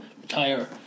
retire